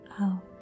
out